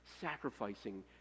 sacrificing